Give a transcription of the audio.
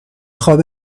خواب